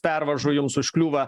pervažų jums užkliūva